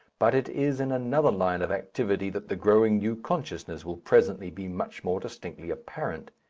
but it is in another line of activity that the growing new consciousness will presently be much more distinctly apparent.